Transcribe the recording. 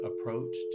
approached